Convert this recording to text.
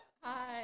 hi